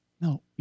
No